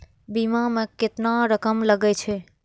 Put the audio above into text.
बीमा में केतना रकम लगे छै?